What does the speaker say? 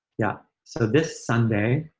yeah. so this sunday